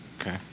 Okay